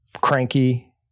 cranky